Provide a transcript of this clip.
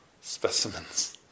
specimens